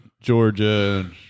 Georgia